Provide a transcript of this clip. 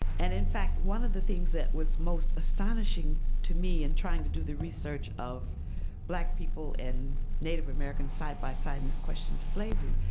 and in fact, one of the things that was most astonishing to me in trying to do the research of black people and native american side by side in this question of slavery,